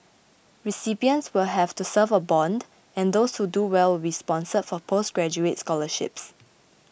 recipients will have to serve a bond and those who do well will be sponsored for postgraduate scholarships